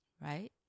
right